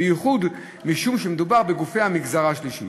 בייחוד משום שמדובר בגופי המגזר השלישי,